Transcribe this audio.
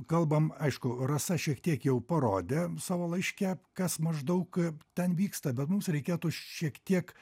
kalbam aišku rasa šiek tiek jau parodė savo laiške kas maždaug ten vyksta bet mums reikėtų šiek tiek